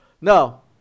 No